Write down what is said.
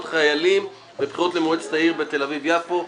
חיילים בבחירות למועצת העיר בתל אביב-יפו.